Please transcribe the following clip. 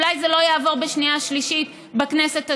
אולי זה לא יעבור בשנייה ושלישית בכנסת הזאת,